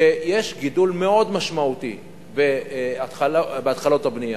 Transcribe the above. שיש גידול מאוד משמעותי בהתחלות הבנייה,